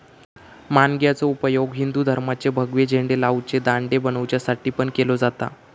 माणग्याचो उपयोग हिंदू धर्माचे भगवे झेंडे लावचे दांडे बनवच्यासाठी पण केलो जाता